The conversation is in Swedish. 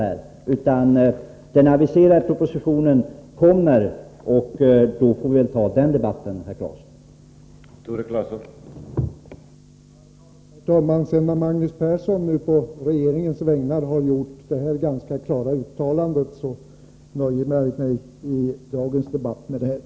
När den aviserade propositionen framläggs får vi ta upp en debatt igen, herr Claeson.